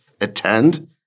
attend